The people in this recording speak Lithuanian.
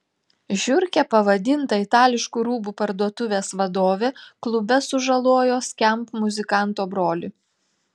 žiurke pavadinta itališkų rūbų parduotuvės vadovė klube sužalojo skamp muzikanto brolį